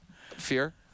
Fear